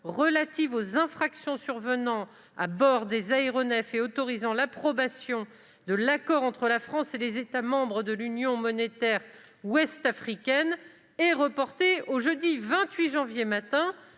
relative aux infractions survenant à bord des aéronefs et autorisant l'approbation de l'accord entre la France et les États membres de l'Union monétaire ouest-africaine, est reporté au jeudi 28 janvier matin,